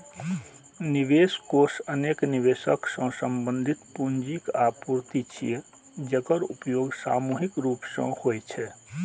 निवेश कोष अनेक निवेशक सं संबंधित पूंजीक आपूर्ति छियै, जेकर उपयोग सामूहिक रूप सं होइ छै